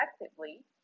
effectively